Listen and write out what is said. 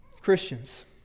Christians